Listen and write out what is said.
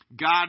God